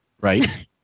Right